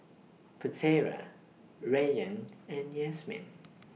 Putera Rayyan and Yasmin